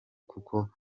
kuko